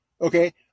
Okay